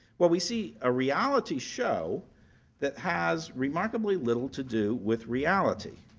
well we see a reality show that has remarkably little to do with reality.